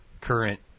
current